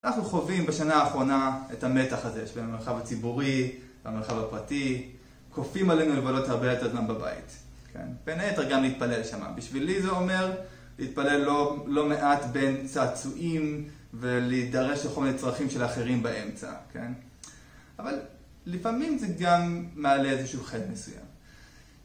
אנחנו חווים בשנה האחרונה את המתח הזה, שבין המרחב הציבורי והמרחב הפרטי, כופים עלינו לבלות הרבה יותר זמן בבית. בין היתר גם להתפלל שמה. בשבילי זה אומר להתפלל לא מעט בין צעצועים ולהידרש לכל מיני צרכים של האחרים באמצע. אבל לפעמים זה גם מעלה איזשהו חלק מסוים.